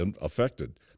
affected